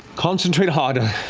concentrate harder.